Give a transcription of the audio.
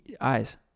eyes